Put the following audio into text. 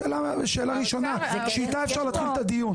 שאלה ראשונה, שאיתה אפשר להתחיל את הדיון.